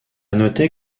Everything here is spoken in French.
noter